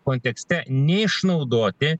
kontekste neišnaudoti